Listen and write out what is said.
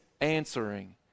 answering